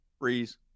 Freeze